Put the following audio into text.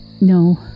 No